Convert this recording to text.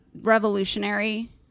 revolutionary